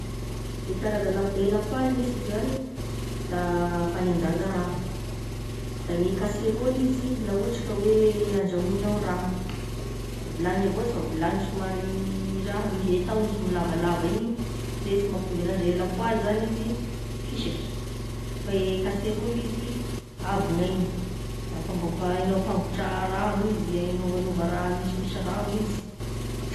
E karaza lapoaly, e lapoaly me sh zany da fagnendasa raha, da gne kaseraoly izy, ohatry ka hoe andrahoinao raha, vilagny avao ozy fa vilagny somary raha e tahony somary lavalava igny, zay sy mampitovy anazy e lapoaly zagny izy fisaky; fa e kaseraoly izy abo gnainy, efa mba ho- mba hainao ampangotraha ragno izy, hay agnaovagnaova raha misimisy ragno izy.